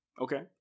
Okay